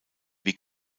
wie